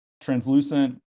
translucent